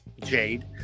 jade